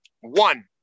One